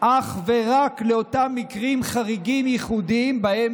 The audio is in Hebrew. אך ורק לאותם מקרים חריגים ייחודיים שבהם